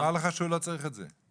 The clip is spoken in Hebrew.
הוא אמר לך שהוא לא צריך את זה.